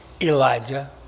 Elijah